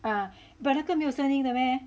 uh but 那个没有声音的 meh